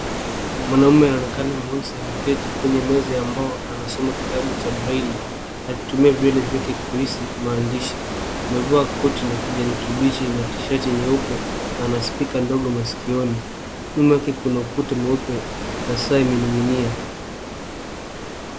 Mwanamume anaonekana mweusi ameketi kwenye meza ya mbao na anasoma kitabu cha braille akitumia vidole vyake kuhisi maandishi. Amevaa koti la kijani kibichi na tishati nyeupe na ana spika ndogo masikioni. Nyuma yake kuna ukuta mweupe na saa imening'inia.